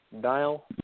dial